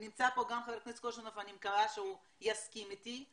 נמצא פה גם חבר הכנסת קוז'ינוב ואני מקווה שהוא יסכים איתי,